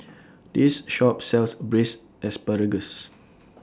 This Shop sells Braised Asparagus